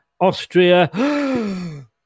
Austria